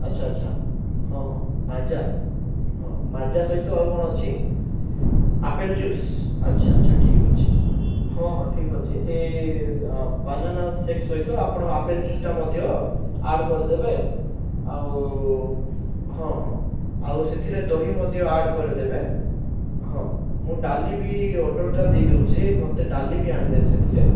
ଆଚ୍ଛା ଆଚ୍ଛା ହଁ ହଁ ମାଜା ହଁ ମାଜା ସହିତ ଆଉ କ'ଣ ଅଛି ଆପେଲ୍ ଜୁସ୍ ଆଚ୍ଛା ଆଚ୍ଛା ଠିକ ଅଛି ହଁ ହଁ ଠିକ ଅଛି ସେ ଅ ବ ସେ ବାନାନା ଶେକ୍ ସହିତ ଆପଣ ଆପେଲ୍ ଜୁସଟା ମଧ୍ୟ ଆଡ଼ କରିଦେବେ ଆଉ ହଁ ହଁ ଆଉ ସେଥିରେ ଦହି ମଧ୍ୟ ଆଡ଼ କରିଦେବେ ହଁ ଆଉ ମୁଁ ଡାଲି ବି ଅର୍ଡ଼ରଟା ଦେଇ ଦଉଛି ମୋତେ ଡ଼ାଲି ବି ଆଣିଦେବେ ସେଥିରେ